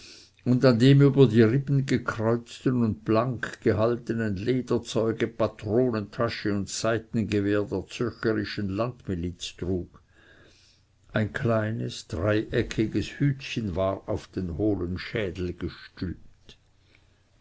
und an dem über die rippen gekreuzten und blank gehaltenen lederzeuge patronentasche und seitengewehr der zürcherischen landmiliz trug ein kleines dreieckiges hütchen war auf den hohlen schädel gestülpt